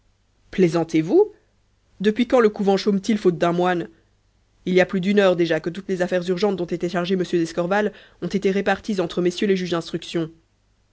plaisantez vous depuis quand le couvent chôme t il faute d'un moine il y a plus d'une heure déjà que toutes les affaires urgentes dont était chargé monsieur d'escorval ont été réparties entre messieurs les juges d'instruction